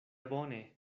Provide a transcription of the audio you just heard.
bone